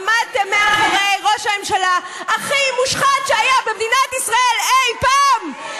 עמדתם מאחורי ראש הממשלה הכי מושחת שהיה במדינת ישראל אי פעם,